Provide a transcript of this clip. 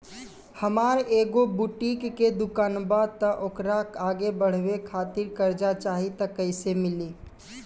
हमार एगो बुटीक के दुकानबा त ओकरा आगे बढ़वे खातिर कर्जा चाहि त कइसे मिली?